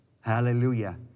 Hallelujah